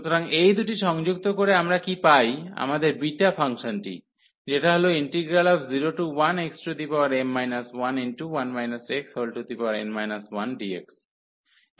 সুতরাং এই দুটি সংযুক্ত করে আমরা কী পাই আমাদের বিটা ফাংশনটি যেটা হল 01xm 11 xn 1dx